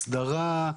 הסדרה,